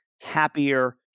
happier